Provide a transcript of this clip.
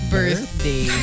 Birthday